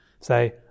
say